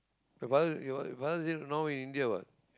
you father your father is it now in India what